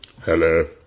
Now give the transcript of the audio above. Hello